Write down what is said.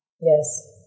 Yes